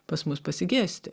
pas mus pasigesti